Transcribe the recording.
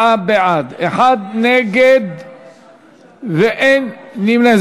44 בעד, אחד נגד ואין נמנעים.